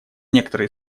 некоторые